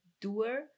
doer